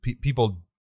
people